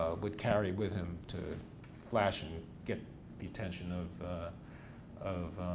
ah would carry with him to flash and get the attention of of